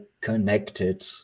connected